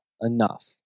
enough